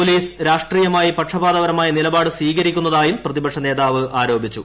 police രാഷ്ട്രീയമായി പക്ഷാപാതപരമായ നിലപാടു സ്വീകരിക്കുന്നതായും പ്രതിപക്ഷ നേതാവ് ആരോപിച്ചു